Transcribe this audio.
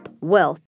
wealth